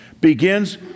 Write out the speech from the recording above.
begins